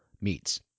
meats